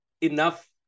enough